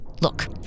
Look